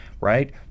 right